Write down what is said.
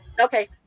Okay